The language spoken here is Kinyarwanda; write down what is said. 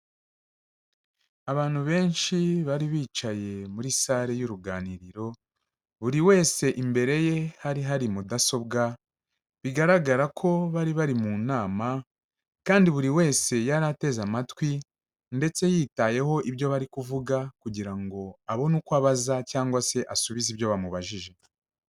Abantu benshi bari bicaye muri sare y'uruganiriro, buri wese imbere ye hari hari mudasobwa, bigaragara ko bari bari mu nama, kandi buri wese yari ateze amatwi, ndetse yitayeho ibyo bari kuvuga, kugira ngo abone uko abaza cyangwa se asubize ibyo bamubajije.